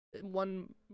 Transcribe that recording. one